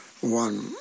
one